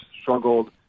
struggled